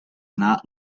not